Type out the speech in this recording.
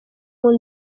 ngo